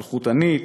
אלחוטנית,